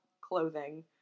clothing